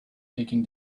taking